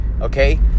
okay